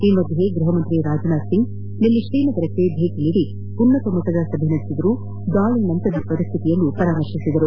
ಈ ಮಧ್ಯೆ ಗೃಹ ಸಚಿವ ರಾಜನಾಥ್ ಸಿಂಗ್ ನಿನ್ನೆ ತ್ರೀನಗರಕ್ಕೆ ಭೇಟಿ ನೀಡಿ ಉನ್ನತ ಮಟ್ಟದ ಸಭೆ ನಡೆಸಿದರು ದಾಳಿ ನಂತರದ ಪರಿಸ್ಥಿತಿಯನ್ನು ಪರಾಮರ್ಶಿಸಿದರು